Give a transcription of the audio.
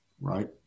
Right